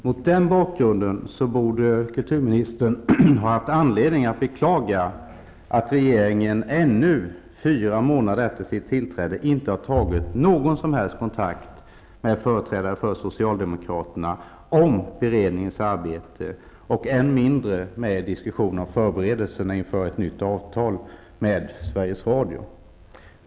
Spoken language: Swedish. Mot den bakgrunden borde kulturministern ha haft anledning att beklaga att regeringen, trots att det gått fyra månader sedan den tillträdde, ännu inte har tagit någon som helst kontakt med företrädare för socialdemokraterna om beredningens arbete, och än mindre handlar det om diskussioner om förberedelserna inför ett nytt avtal med Sveriges Radio.